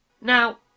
Now